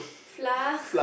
flour